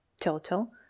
total